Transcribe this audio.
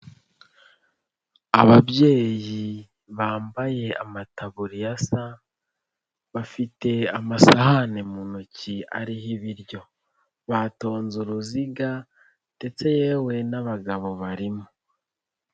Ababyeyi bambaye amataburiya asa bafite amasahane mu ntoki ariho ibiryo, batonze uruziga ndetse yewe n'abagabo barimo.